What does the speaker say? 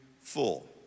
full